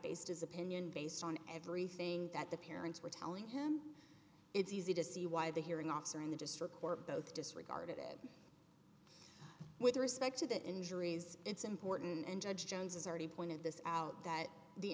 based his opinion based on everything that the parents were telling him it's easy to see why the hearing officer in the district or both disregard it with respect to the injuries it's important and judge jones has already pointed this out that the